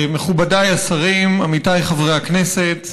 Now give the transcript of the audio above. מכובדי השרים, עמיתיי חברי הכנסת,